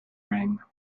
ring